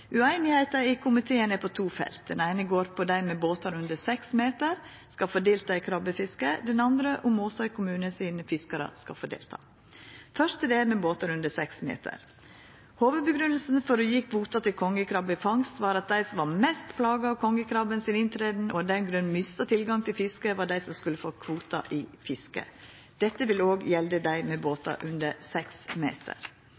usemje i komiteen på to felt. Den eine handlar om dei med båtar under seks meter skal få delta i krabbefiske, den andre om fiskarane i Måsøy kommune skal få delta. Først om båtar under seks meter: Hovudgrunnen for å gje kvotar til kongekrabbefangst var at dei som var mest plaga av at kongekrabben kom inn, og som av den grunn mista tilgang til fiske, var dei som skulle få kvotar. Dette vil òg gjelde dei med